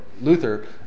Luther